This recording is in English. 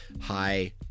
high